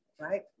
right